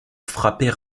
frapper